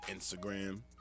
Instagram